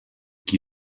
qui